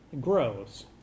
grows